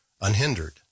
unhindered